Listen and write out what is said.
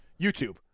YouTube